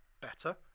better